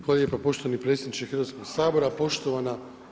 Hvala lijepa poštovani predsjedniče Hrvatskog sabora, poštovana